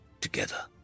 together